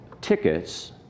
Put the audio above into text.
tickets